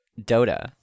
Dota